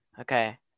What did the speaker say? Okay